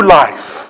life